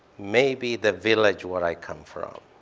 maybe the village where i come from.